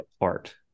art